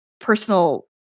personal